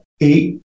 eight